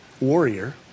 warrior